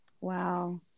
wow